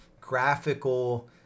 graphical